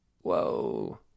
Whoa